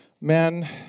men